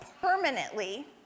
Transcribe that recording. permanently